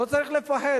לא צריך לפחד,